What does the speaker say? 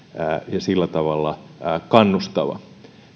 ja sillä tavalla kannustava